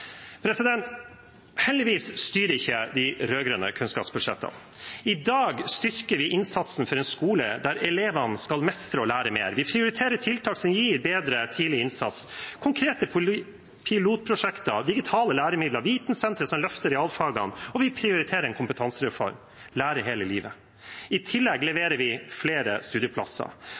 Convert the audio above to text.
Heldigvis styrer ikke de rød-grønne kunnskapsbudsjettene. I dag styrker vi innsatsen for en skole der elevene skal mestre og lære mer. Vi prioriterer tiltak som gir bedre tidlig innsats, konkrete pilotprosjekter, digitale læremidler, vitensenter som løfter realfagene, og vi prioriterer en kompetansereform, Lære hele livet. I tillegg leverer vi flere studieplasser.